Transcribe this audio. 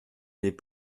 n’est